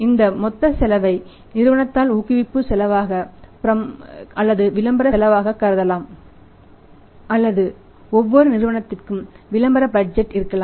இந்த மொத்த செலவை நிறுவனத்தால் ஊக்குவிப்பு செலவாகக் அல்லது விளம்பர செலவாக கருதலாம் அல்லது ஒவ்வொரு நிறுவனத்திற்கும் விளம்பர பட்ஜெட் இருக்கலாம்